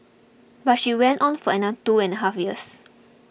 but she went on for another two and half years